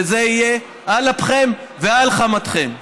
וזה יהיה על אפכם ועל חמתכם.